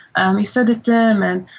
um he's so determined.